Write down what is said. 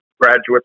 graduates